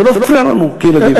זה לא הפריע לנו כילדים.